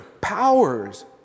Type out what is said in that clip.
powers